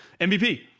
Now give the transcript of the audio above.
MVP